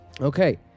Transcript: Okay